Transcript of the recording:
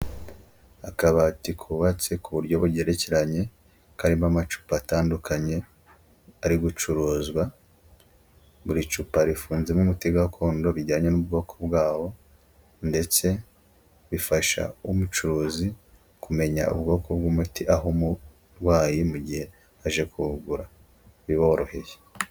Akabati kubabatse ku buryo bugerekeranye, karimo amacupa atandukanye, ari gucuruzwa, buri cupa rifunzemo umuti gakondo bijyanye n'ubwoko bwawo ndetse bifasha umucuruzi, kumenya ubwoko bw'umuti aha umurwayi mu gihe aje kuwugura biboroheye.